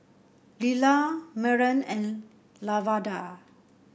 Lilah Maren and Lavada